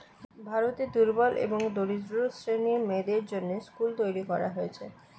ভারতে দুর্বল এবং দরিদ্র শ্রেণীর মেয়েদের জন্যে স্কুল তৈরী করা হয়েছে